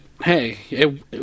Hey